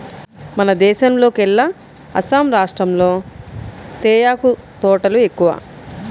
మన దేశంలోకెల్లా అస్సాం రాష్టంలో తేయాకు తోటలు ఎక్కువ